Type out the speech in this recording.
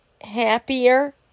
happier